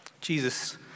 Jesus